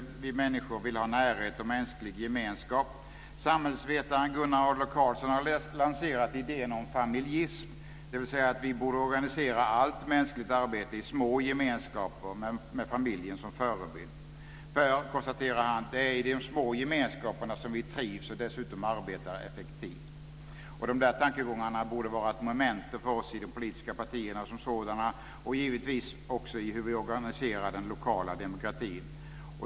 Vi människor vill ha närhet och mänsklig gemenskap. Samhällsvetaren Gunnar Adler-Karlsson har i DN lanserat idén om "familjism", dvs. att vi borde organisera allt mänskligt arbete i små gemenskaper med familjen som förebild. Det är, konstaterar han, i de små gemenskaperna som vi trivs och dessutom arbetar effektivt. De där tankegångarna borde vara ett memento för oss i de politiska partierna som sådana och givetvis också för hur vi organiserar den lokala demokratin.